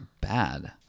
bad